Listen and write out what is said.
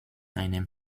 einem